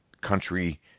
country